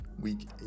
week